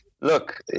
Look